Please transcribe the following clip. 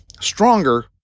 stronger